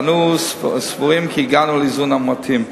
ואנו סבורים כי הגענו לאיזון המתאים.